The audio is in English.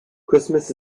christmas